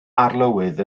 arlywydd